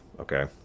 okay